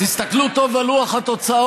תסתכלו טוב על לוח התוצאות.